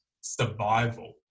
survival